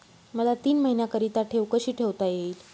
मला तीन महिन्याकरिता ठेव कशी ठेवता येईल?